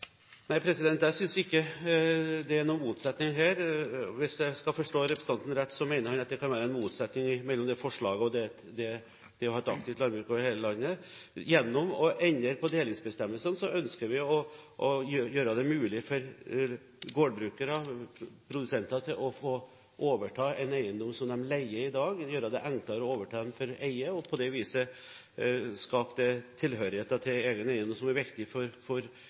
Nei, jeg synes ikke det er noen motsetning her. Hvis jeg forstår representanten rett, mener han at det kan være en motsetning mellom forslaget og det å ha et aktiv landbruk over hele landet. Gjennom å endre på delingsbestemmelsene ønsker vi å gjøre det mulig for gårdbrukere, produsenter, å få overta en eiendom som de leier i dag, gjøre det enklere å overta for å eie, og på det viset skape tilhørighet til egen eiendom, som er viktig for